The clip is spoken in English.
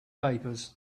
papers